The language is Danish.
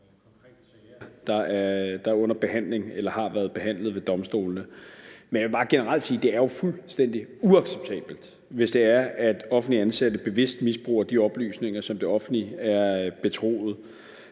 der er under behandling eller har været behandlet ved domstolene. Men jeg vil bare generelt sige, at det er fuldstændig uacceptabelt, hvis det er, at offentligt ansatte bevidst misbruger de oplysninger, som det offentlige er betroet,